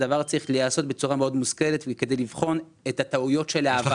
הדבר צריך להיעשות בצורה מאוד מושכלת כדי לבחון את הטעויות של העבר.